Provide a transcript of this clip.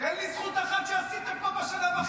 תן לי זכות אחת שעשיתם פה בשנה וחצי האחרונות.